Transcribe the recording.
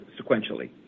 sequentially